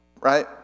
right